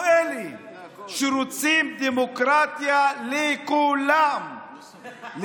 אנחנו אלה שרוצים דמוקרטיה לכולם,